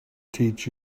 teach